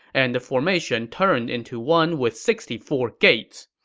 and the formation turned into one with sixty four gates.